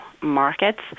markets